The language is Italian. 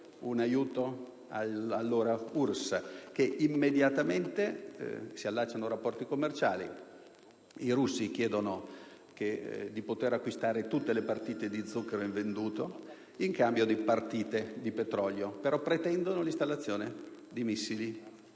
un aiuto all'allora URSS; si allacciano subito rapporti commerciali, i russi chiedono di poter acquistare tutte le partite di zucchero invenduto, in cambio di partite di petrolio, però pretendono l'installazione di missili